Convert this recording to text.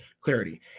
clarity